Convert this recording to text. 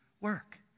work